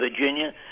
Virginia